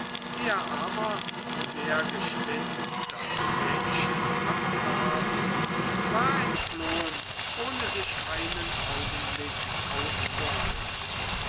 er aber sehr geschwind das jäckchen abwerfend war entflohen ohne sich einen augenblick aufzuhalten